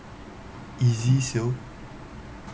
easy sale